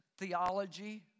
Theology